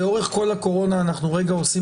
לאורך כל הקורונה אנחנו כרגע עושים